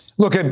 Look